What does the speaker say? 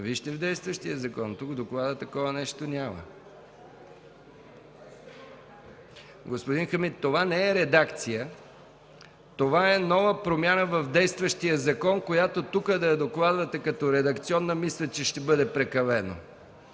Вижте в действащия закон. Тук в доклада такова нещо няма. Господин Хамид, това не е редакция, а нова промяна в действащия закон, която ако тук докладвате като редакционна, мисля, че ще бъде прекалено.